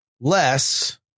less